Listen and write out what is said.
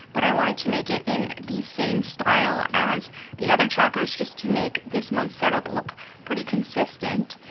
but i wanted to make it in the same style as the other trackers just to make this month's set up look pretty consistent.